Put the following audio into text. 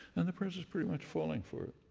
and the press is pretty much falling for it.